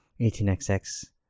18XX